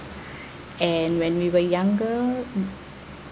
and when we were younger